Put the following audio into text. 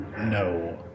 No